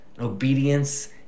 obedience